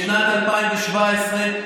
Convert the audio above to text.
בשנת 2017,